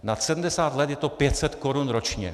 Nad 70 let je to 500 korun ročně.